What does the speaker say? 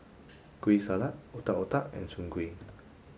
Kueh Salat Otak Otak and Soon Kueh